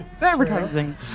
advertising